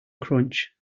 crunch